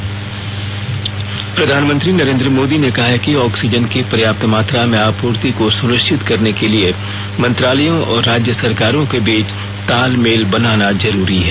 प्रधानमंत्री प्रधानमंत्री नरेंद्र मोदी ने कहा है कि ऑक्सीजन की पर्याप्त मात्रा में आपूर्ति को सुनिश्चित करने के लिए मंत्रालयों और राज्य सरकारों के बीच तालमेल बनाना जरूरी है